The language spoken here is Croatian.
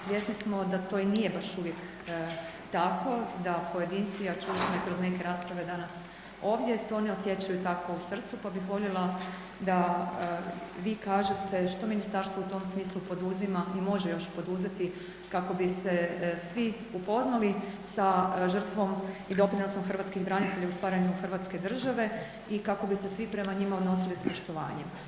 Svjesni smo da to i nije baš uvijek tako, da pojedinci a čuli smo i kroz neke rasprave danas ovdje, to oni osjećaju tako u srcu pa bih voljela da vi kažete što ministarstvo u tom smislu poduzima i može još poduzeti kako bi se svi upoznali sa žrtvom i doprinosom hrvatskih branitelja u stvaranju hrvatske države i kako bi se svi prema njima odnosili s poštovanjem?